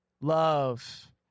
love